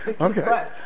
Okay